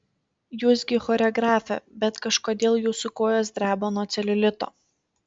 jūs gi choreografė bet kažkodėl jūsų kojos dreba nuo celiulito